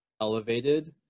elevated